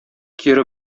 кире